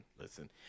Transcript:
Listen